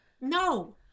No